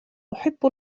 أحب